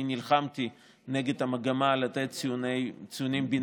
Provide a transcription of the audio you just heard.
אני נלחמתי נגד המגמה לתת ציונים בינאריים,